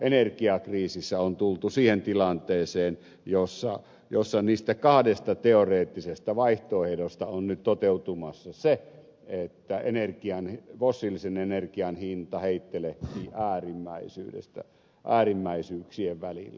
energiakriisissä on tultu siihen tilanteeseen jossa niistä kahdesta teoreettisesta vaihtoehdosta on nyt toteutumassa se että fossiilisen energian hinta heittelehtii äärimmäisyyksien välillä